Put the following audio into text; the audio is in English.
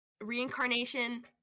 reincarnation